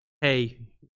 hey